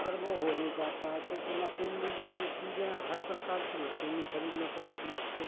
पर वो हो नहीं पाता है क्योंकि मसीनरी जो चीज़ें हर प्रकार की मसीनरी खरीदना पड़ती उसको